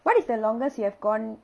what is the longest you have gone